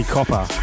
Copper